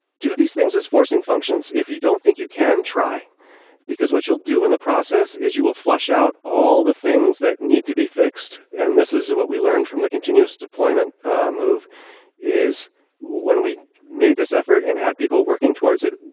do this things as forcing functions. if you don't think you can, try because what you will do in the process is you will flush out all the things that need to be fixed and this is what we learned from the continuous deployment move is when we made this effort and had people working towards it.